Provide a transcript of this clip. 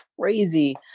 crazy